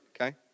okay